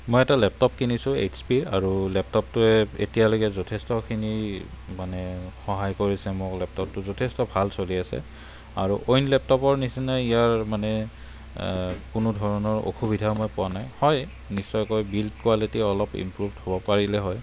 মই এটা লেপটপ কিনিছোঁ এইছ পিৰ আৰু লেপটপটোৱে এতিয়ালৈকে যথেষ্টখিনি মানে সহায় কৰিছে মোৰ লেপটপটো যথেষ্ট ভাল চলি আছে আৰু অইন লেপটপৰ নিচিনা ইয়াৰ মানে কোনো ধৰণৰ অসুবিধা মই পোৱা নাই হয় নিশ্চয়কৈ বিল্ড কোৱালিটি অলপ ইম্প্ৰুভ্ড হ'ব পাৰিলে হয়